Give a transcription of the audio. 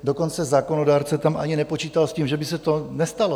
Dokonce zákonodárce tam ani nepočítal s tím, že by se to nestalo.